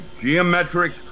geometric